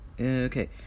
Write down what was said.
Okay